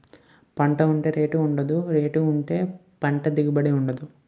పంట ఉంటే రేటు ఉండదు, రేటు ఉంటే పంట దిగుబడి ఉండదు